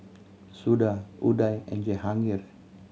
Suda Udai and Jahangir